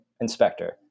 inspector